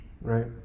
right